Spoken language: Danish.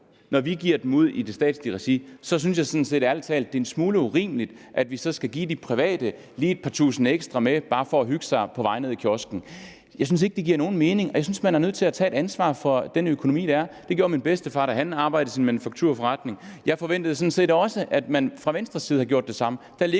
når vi giver det ud i et statsligt regi, så synes jeg ærlig talt, det er en smule urimeligt, at vi så skal give de private lige et par tusinde ekstra med bare for at hygge sig på vej ned i kiosken. Jeg synes ikke, det giver nogen mening, og jeg synes, man er nødt til at tage et ansvar for den økonomi, der er. Det gjorde min bedstefar, da han arbejdede i en manufakturforretning, og jeg forventede sådan set også, at man fra Venstres side havde gjort det samme.